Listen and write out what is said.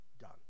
done